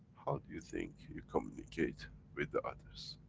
how do you think you communicate with the others?